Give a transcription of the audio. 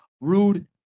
rude